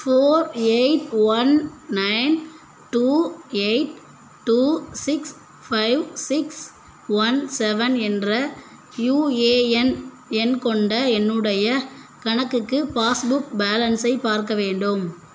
four eight one nine two eight two six five six one seven என்ற UAN எண் கொண்ட என்னுடைய கணக்குக்கு பாஸ்புக் பேலன்ஸை பார்க்க வேண்டும்